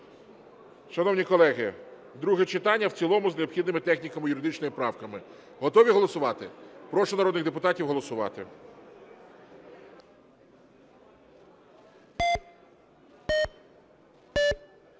Шановні колеги, друге читання, в цілому з необхідними техніко-юридичними правками. Готові голосувати? Прошу народних депутатів голосувати.